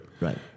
Right